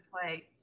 play